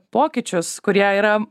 pokyčius kurie yra